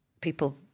people